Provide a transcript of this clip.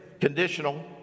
conditional